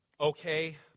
okay